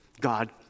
God